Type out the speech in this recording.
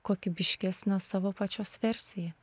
kokybiškesnę savo pačios versiją